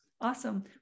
Awesome